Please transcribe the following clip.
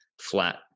flat